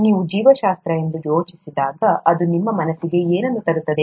ನೀವು ಜೀವಶಾಸ್ತ್ರ ಎಂದು ಯೋಚಿಸಿದಾಗ ಅದು ನಿಮ್ಮ ಮನಸ್ಸಿಗೆ ಏನನ್ನು ತರುತ್ತದೆ